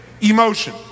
emotion